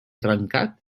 trencat